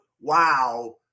wow